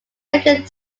second